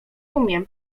umiem